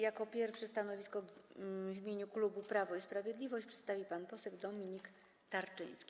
Jako pierwszy stanowisko w imieniu klubu Prawo i Sprawiedliwość przedstawi pan poseł Dominik Tarczyński.